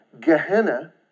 Gehenna